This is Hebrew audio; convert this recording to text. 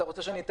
אתה רוצה שאציג